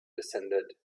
descended